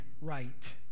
right